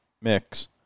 mix